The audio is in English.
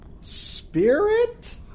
spirit